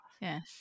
yes